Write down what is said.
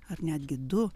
ar netgi du